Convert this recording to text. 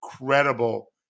incredible